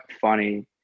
funny